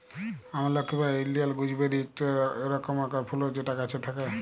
আমলকি বা Indian gooseberry ইকটি রকমকার ফুল যেটা গাছে থাক্যে